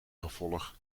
gevolg